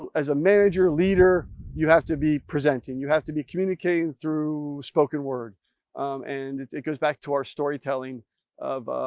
as a manager leader you have to be presenting. you have to be communicating through spoken word and it goes back to our storytelling of,